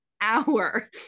hour